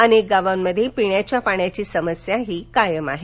अनेक गावांमध्ये पिण्याच्या पाण्याची समस्या कायम आहे